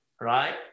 Right